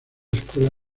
escuela